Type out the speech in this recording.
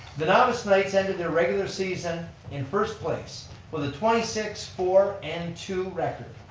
the novice knights ended their regular season in first place with a twenty six four and two record.